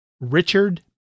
Richard